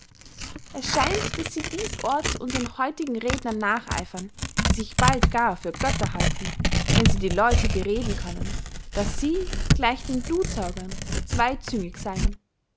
es scheint daß sie diesorts unsern heutigen rednern nacheifern die sich bald gar für götter halten wenn sie die leute bereden können daß sie gleich den blutsaugern zweyzüngig seyen